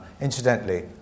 Incidentally